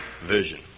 vision